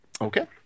Okay